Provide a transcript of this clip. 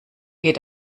geht